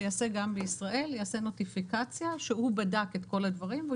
שיעשה גם בישראל ויעשה נוטיפיקציה שהוא בדק את כל הדברים והוא